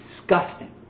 disgusting